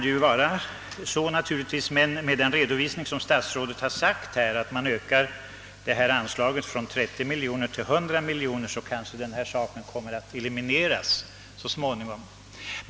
Det kan naturligtvis vara så, men med den ökning av anslaget som statsrådet här redovisat — från 30 till 100 miljoner — kanske detta förhållande kommer att elimineras så småningom.